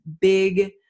big